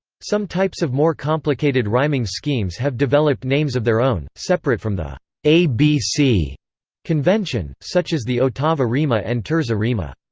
some types of more complicated rhyming schemes have developed names of their own, separate from the a b c convention, such as the ottava rima and terza rima.